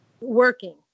working